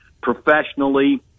professionally